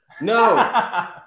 No